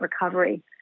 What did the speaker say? recovery